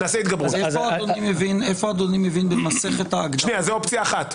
איפה אדוני מבין --- שנייה, זו אופציה אחת.